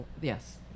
yes